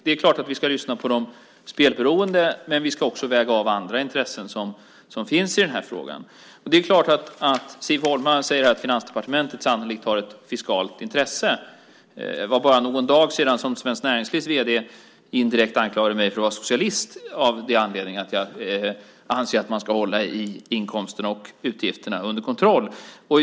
Det är klart att vi ska lyssna på de spelberoende, men vi ska också väga av andra intressen som finns i frågan. Siv Holma säger att Finansdepartementet sannolikt har ett fiskalt intresse. För bara någon dag sedan anklagade Svenskt Näringslivs vd mig indirekt för att vara socialist av den anledningen att jag anser att man ska hålla inkomster och utgifter under kontroll.